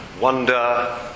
wonder